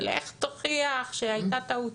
לך תוכיח שהייתה טעות.